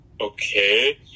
okay